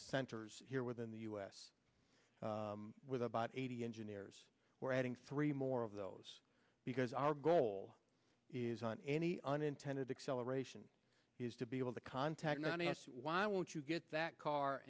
centers here within the u s with about eighty engineers we're adding three more of those because our goal is on any unintended acceleration is to be able to contact not asked why won't you get that car